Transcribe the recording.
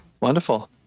wonderful